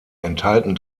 enthalten